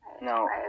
No